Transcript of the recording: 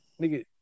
nigga